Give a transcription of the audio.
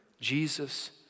Jesus